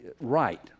Right